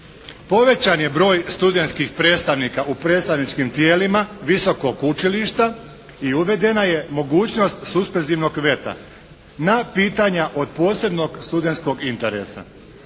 Povećan je broj studentskih predstavnika u predstavničkim tijelima visokog učilišta i uvedena je mogućnost suspenzivnog veta na pitanja od posebnog studentskog interesa.